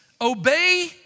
obey